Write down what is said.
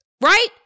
right